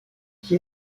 qui